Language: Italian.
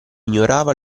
ignorava